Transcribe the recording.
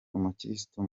umukirisitu